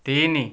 ତିନି